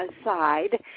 aside